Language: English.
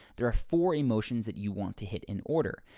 there are four emotions that you want to hit in order.